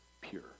pure